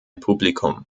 publikum